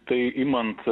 tai imant